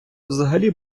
взагалі